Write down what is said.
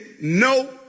no